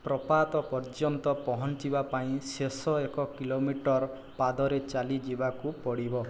ପ୍ରପାତ ପର୍ଯ୍ୟନ୍ତ ପହଞ୍ଚିବା ପାଇଁ ଶେଷ ଏକ କିଲୋମିଟର ପାଦରେ ଚାଲିଯିବାକୁ ପଡ଼ିବ